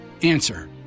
Answer